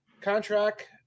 contract